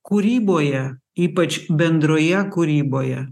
kūryboje ypač bendroje kūryboje